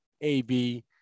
AB